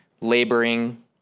laboring